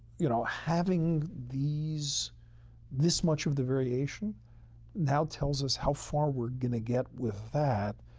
you know, having these this much of the variation now tells us how far we're going to get with that.